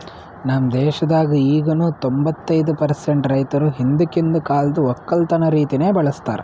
ನಮ್ ದೇಶದಾಗ್ ಈಗನು ತೊಂಬತ್ತೈದು ಪರ್ಸೆಂಟ್ ರೈತುರ್ ಹಿಂದಕಿಂದ್ ಕಾಲ್ದು ಒಕ್ಕಲತನ ರೀತಿನೆ ಬಳ್ಸತಾರ್